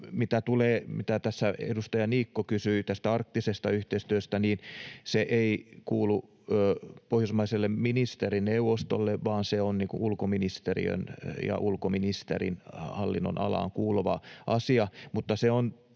mitä tässä edustaja Niikko kysyi tästä arktisesta yhteistyöstä, ei kuulu Pohjoismaiselle ministerineuvostolle, vaan se on ulkoministeriön ja ulkoministerin hallinnonalaan kuuluva asia.